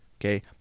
Okay